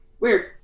Weird